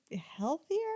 healthier